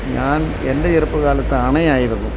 ഞാൻ എൻ്റെ ചെറപ്പ കാലത്ത് അണയായിരുന്നു